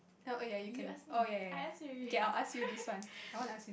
oh err you can oh ya ya ya okay I'll ask you this one I want to ask you